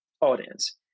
audience